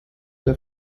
der